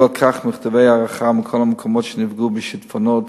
ויעידו על כך מכתבי הערכה מכל המקומות שנפגעו בשיטפונות,